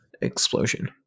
explosion